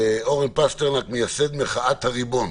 אורן פסטרנק, מייסד מחאת "הריבון".